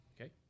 Okay